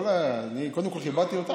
אני קודם כול כיבדתי אותך.